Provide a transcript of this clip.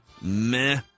meh